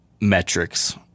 metrics